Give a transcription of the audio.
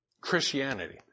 Christianity